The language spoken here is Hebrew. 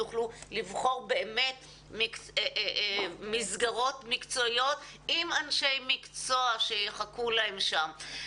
יוכלו לבחור מסגרות מקצועיות עם אנשי מקצוע שיחכו להם שם.